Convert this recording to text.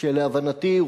ולהבנתי,